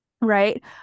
Right